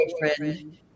boyfriend